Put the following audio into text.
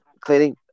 clearly